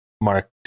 mark